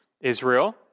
Israel